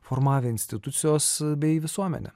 formavę institucijos bei visuomenė